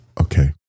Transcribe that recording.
okay